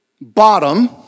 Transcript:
bottom